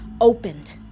opened